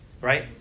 right